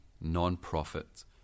non-profit